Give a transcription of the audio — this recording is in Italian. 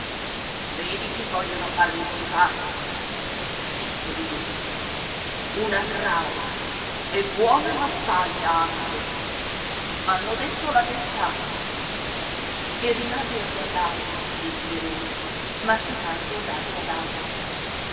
vedi chi vogliono farmi sposare disse lui una trao e buona massaia anche m'hanno detto la verità e rimase a guardare pensieroso masticando adagio adagio